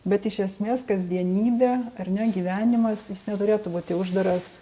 bet iš esmės kasdienybė ar ne gyvenimas neturėtų būti uždaras